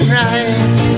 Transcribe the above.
right